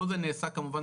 כל זה נעשה כמובן,